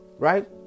Right